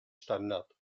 standard